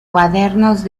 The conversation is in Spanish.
cuadernos